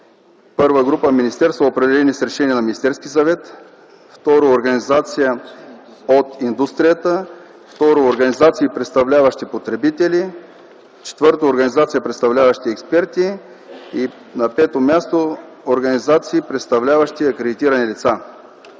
първа група – министерства, определени с решение на Министерския съвет; втора – организация от индустрията; трета – организации, представляващи потребители; четвърта – организации, представляващи експерти; пета – организации, представляващи акредитирани лица.